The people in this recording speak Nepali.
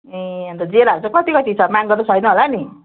ए अन्त ज्यालाहरू चाहिँ कति कति छ महँगो त छैन होला नि